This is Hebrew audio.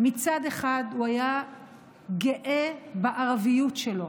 מצד אחד, הוא היה גאה בערביות שלו